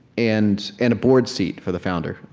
and and a board seat for the founder.